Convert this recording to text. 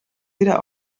wieder